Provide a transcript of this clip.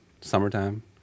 summertime